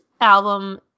album